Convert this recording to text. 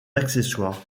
accessoires